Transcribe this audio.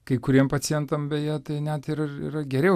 kai kuriem pacientam beje tai net ir yra geriau